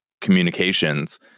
communications